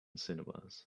cinemas